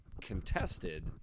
contested